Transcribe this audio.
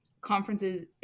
conferences